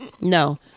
no